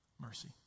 mercy